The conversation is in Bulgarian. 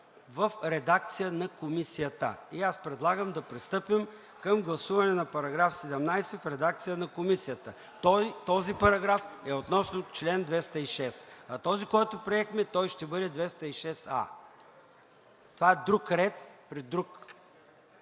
в редакция на Комисията. Аз предлагам да пристъпим към гласуване на § 17 в редакция на Комисията – този параграф е относно чл. 206, а този, който приехме, той ще бъде чл. 206а. Това е друг ред при друг…